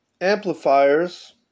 Amplifiers